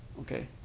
Okay